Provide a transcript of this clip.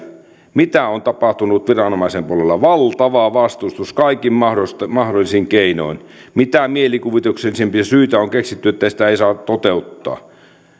mitä on tapahtunut viranomaisen polulla valtava vastustus kaikin mahdollisin keinoin mitä mielikuvituksellisimpia syitä on keksitty että sitä ei saa toteuttaa ja